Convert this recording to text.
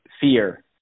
fear